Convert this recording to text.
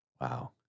Wow